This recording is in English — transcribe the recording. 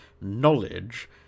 knowledge